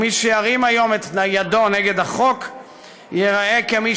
מי שירים היום את ידו נגד החוק ייראה כמי